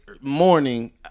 morning